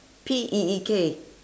P E E K